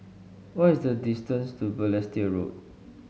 what is the distance to Balestier Road